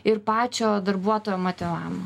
ir pačio darbuotojo motyvavimo